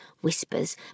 whispers